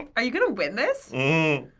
are you gonna win this?